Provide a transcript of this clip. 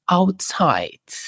outside